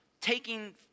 taking